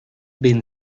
been